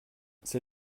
c’est